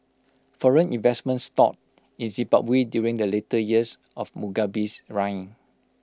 foreign investment stalled in Zimbabwe during the later years of Mugabe's reign